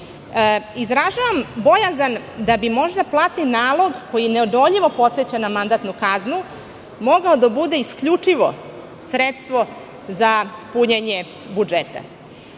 izražavam bojazan da bi možda platni nalog, koji neodoljivo podseća na mandatnu kaznu, mogao da bude isključivo sredstvo za punjenje budžeta. Samo